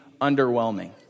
underwhelming